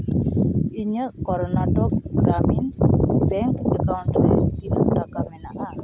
ᱤᱧᱟᱹᱜ Karnataka Gramin bank account ᱨᱮ ᱛᱤᱱᱟᱹᱜ ᱴᱟᱠᱟ ᱢᱮᱱᱟᱜᱼᱟ